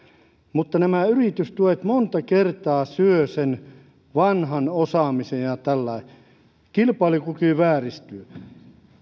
mutta nämä yritystuet monta kertaa syövät sen vanhan osaamisen kilpailukyky vääristyy